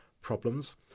problems